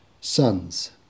sons